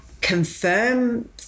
confirm